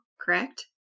correct